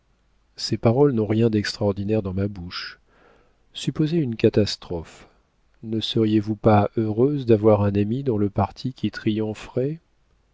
ces paroles n'ont rien d'extraordinaire dans ma bouche supposez une catastrophe ne seriez-vous pas heureuse d'avoir un ami dans le parti qui triompherait